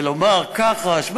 ולומר: כחש,